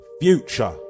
Future